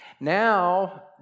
Now